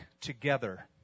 together